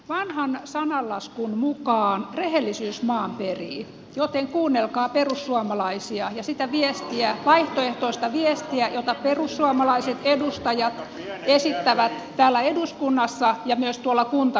vanhan sananlaskun mukaan rehellisyys maan perii joten kuunnelkaa perussuomalaisia ja sitä vaihtoehtoista viestiä jota perussuomalaiset edustajat esittävät täällä eduskunnassa ja myös tuolla kuntakentällä